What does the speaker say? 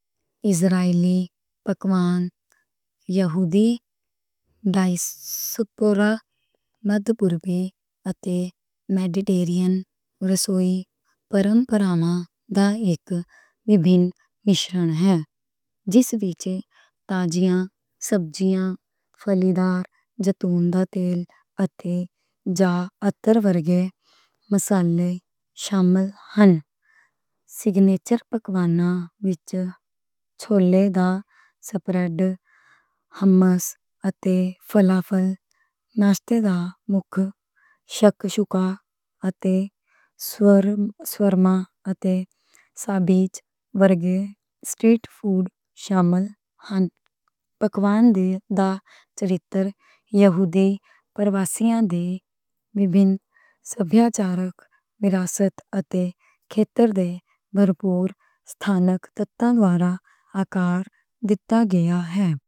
اسرائیلی پکوان، یہودی، diaspora, middle eastern اتے میڈیٹرینین ریجنل رسوئی روایتاں دا اک وکھرا ملاپ ہے۔ جس وچ تازیاں سبزیاں، پھلاں، زیتون دا تیل اتے زعتر ورگے مصالحے شامل ہن۔ سگنیچر پکواناں وچ چھولے دا سپریڈ، حمص اتے فلافل، ناشتہ دا مکھ، شک شوکا اتے شاورما اتے سابیچ ورگے سٹریٹ فوڈ شامل ہن۔ پکوان دیاں دا کریکٹر یہودی کمیونٹیاں دی وکھری ثقافتی، وراثتی اتے کھیتری دے بھرپور ایتھنک عوامل دوران آکار دتا گیا ہن۔